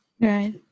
Right